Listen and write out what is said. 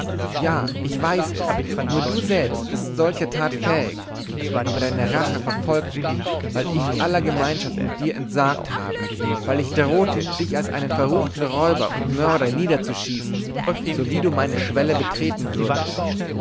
ja ich weiß es nur du selbst bist solcher tat fähig aber deine rache verfolgt mich weil ich aller gemeinschaft mit dir entsagt habe weil ich drohte dich als einen verruchten räuber und mörder niederzuschießen so wie du meine schwelle betreten würdest